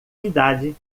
idade